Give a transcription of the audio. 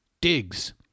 digs